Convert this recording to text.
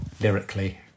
lyrically